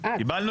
קיבלנו